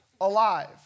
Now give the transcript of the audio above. alive